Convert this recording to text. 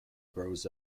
grows